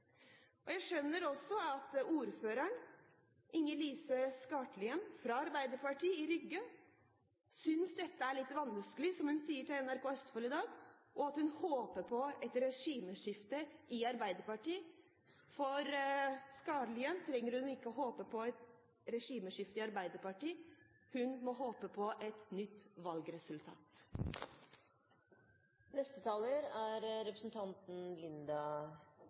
regjeringen. Jeg skjønner også at ordføreren, Inger-Lise Skartlien, fra Arbeiderpartiet i Rygge synes dette er litt vanskelig. Hun sier til NRK Østfold i dag at hun håper på et regimeskifte i Arbeiderpartiet. Skartlien trenger ikke å håpe på et regimeskifte i Arbeiderpartiet, hun må håpe på et nytt valgresultat. Det er